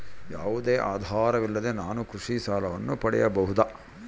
ಯಾವುದೇ ಆಧಾರವಿಲ್ಲದೆ ನಾನು ಕೃಷಿ ಸಾಲವನ್ನು ಪಡೆಯಬಹುದಾ?